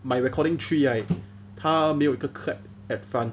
my recording three right 它没有一个 clap at front